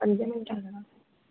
पंज मिंट